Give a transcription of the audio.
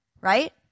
right